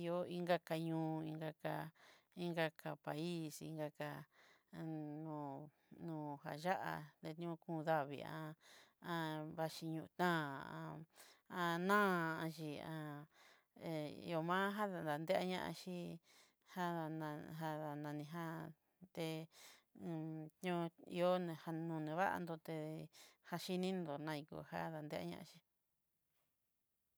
ihó inka kañó inka ka país inka ká a no- na ayá'a a ño kon davii vaxhii ñóo ta xhí hiomajá nedateñaxhí janada janada nijá te ihó na nejan nonevanduté inindó naiko nadeñaxhí.